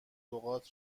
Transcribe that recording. لغات